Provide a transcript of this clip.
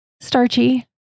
Starchy